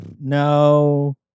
No